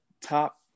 top